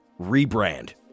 rebrand